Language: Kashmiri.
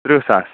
تٕرٛہ ساس